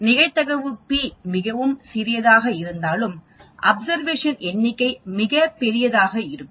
நிகழ்தகவு p மிகவும் சிறியதாக இருந்தாலும் அப்சர்வேஷன் எண்ணிக்கை மிகப் பெரியதாக இருக்கும்